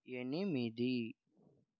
ఎనిమిది